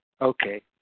Okay